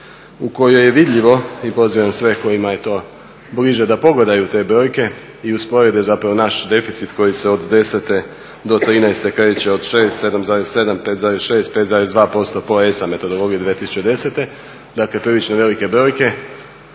u kojoj je vidljivo i pozivam sve kojima je to bliže da pogledaju te brojke i usporede zapravo naš deficit koji se od desete do trinaeste kreće od 6, 7.7, 5.6, 5.2% po ESA metodologiji 2010. Dakle, prilično velike brojke.